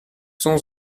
sont